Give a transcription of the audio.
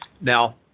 Now